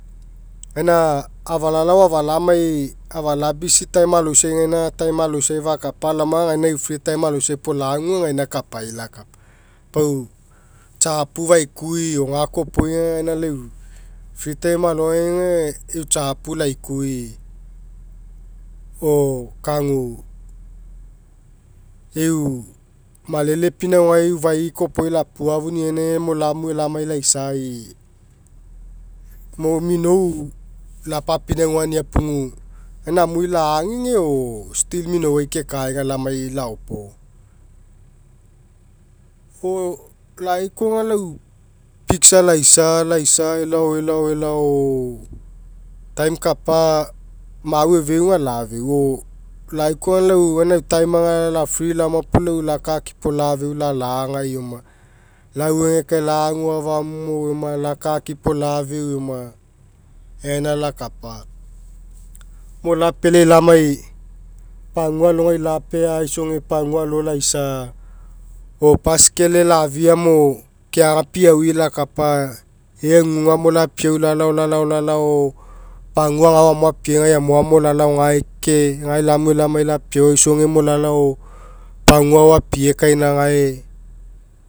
Gaina afalalao afalamai afala busy time aloisai gaina aga time aloisai puo lagu aga gaina kapai lakapai pau tsiapu faikui kopogai aga lau eu free time alogai aga ei tsiapu lai kui o kagu eu malelepinaugai ufai kopoi lapua'afuni gainai agamo lamue lamai laisai mo minou lapapinauga fugu gainai agamo lamue lamai laisai mo minou lapapinauga fugu gaina amui laagege still minouai kekaega lamai laope o lai kaoga lau piksa laisa laisa elao elao eku time kapa mau efeu aga lafeu o lai koa gaina time aga la'free laoma puo lau lakakipo laufeu lalai eoma lauegekai lagu afagamome eoma lakakipo lafeu eoma egaina lakapa mo lapealai lamai pagua te alogai lapea'aisoge pagua alolaisa o paskele lafia mo keaga piaui lakapa. Ea ugugamo lapiau lalao gae ke gae lamue lamai lapiauaisoge, mo lako pagua agao apie kaina gae.